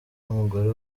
n’umugore